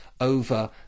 over